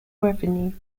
revenue